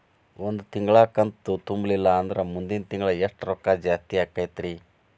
ಒಂದು ತಿಂಗಳಾ ಕಂತು ತುಂಬಲಿಲ್ಲಂದ್ರ ಮುಂದಿನ ತಿಂಗಳಾ ಎಷ್ಟ ರೊಕ್ಕ ಜಾಸ್ತಿ ಆಗತೈತ್ರಿ?